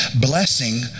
Blessing